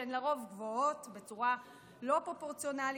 שהן לרוב גבוהות בצורה לא פרופורציונלית,